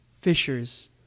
fishers